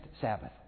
Sabbath